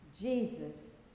Jesus